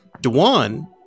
dewan